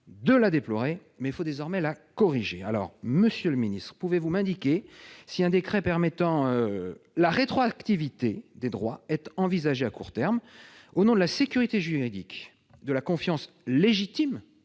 de la déplorer, mais il faut désormais la corriger. Pouvez-vous m'indiquer si un décret permettant la rétroactivité des droits est envisagé à court terme ? Au nom de la sécurité juridique, de la confiance légitime